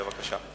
בבקשה.